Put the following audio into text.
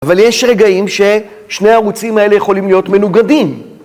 אבל יש רגעים ששני הערוצים האלה יכולים להיות מנוגדים.